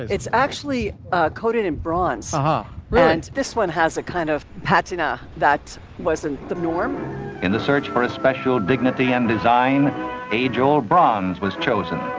it's actually ah coated in bronze, huh? right. this one has a kind of patina that wasn't the norm in the search for a special dignity and design age old bronze was chosen.